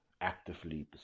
actively